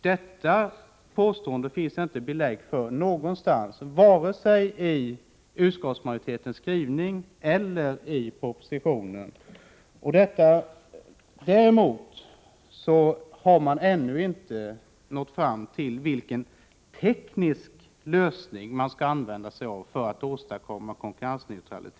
Detta påstående finns det inte belägg för någonstans vare sig i propositionen eller i utskottsmajoritetens skrivning. Däremot har man — Nr 162 ännu inte uppnått ett ställningstagande till vilken teknisk lösning man skall ÄN É 2 3 ; Onsdagen den använda sig av för att åstadkomma konkurrensneutralitet.